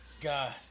God